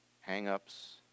hang-ups